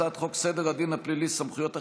הצעת חוק סדר הדין הפלילי (סמכויות אכיפה,